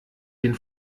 den